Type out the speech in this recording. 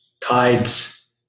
tides